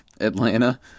Atlanta